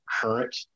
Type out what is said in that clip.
current